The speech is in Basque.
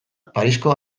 parisko